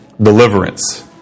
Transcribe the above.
deliverance